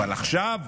אבל עכשיו,